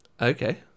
Okay